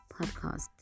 podcast